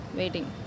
waiting